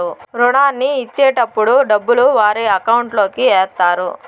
రుణాన్ని ఇచ్చేటటప్పుడు డబ్బులు వారి అకౌంట్ లోకి ఎత్తారు